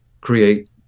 create